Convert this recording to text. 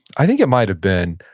i think it might have been.